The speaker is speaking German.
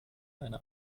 eine